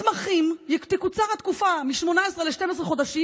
מתמחים, תקוצר התקופה מ-18 ל-12 חודשים,